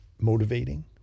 motivating